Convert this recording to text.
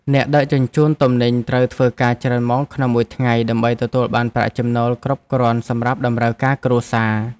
អ្នកដឹកជញ្ជូនទំនិញត្រូវធ្វើការច្រើនម៉ោងក្នុងមួយថ្ងៃ ដើម្បីទទួលបានប្រាក់ចំណូលគ្រប់គ្រាន់សម្រាប់តម្រូវការគ្រួសារ។